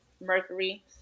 Mercury